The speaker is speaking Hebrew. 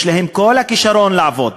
יש להם כל הכישרון לעבוד.